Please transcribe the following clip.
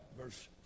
Verse